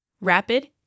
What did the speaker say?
rapid